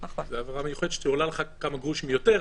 שזו העברה מיוחדת שעולה לך כמה גרושים יותר,